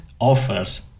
offers